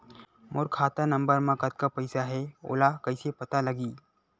मोर खाता नंबर मा कतका पईसा हे ओला कइसे पता लगी?